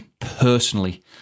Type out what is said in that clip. personally